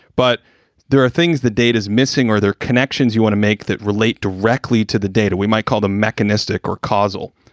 but there are things the data is missing or their connections. you want to make that relate directly to the data we might call the mechanistic or causal.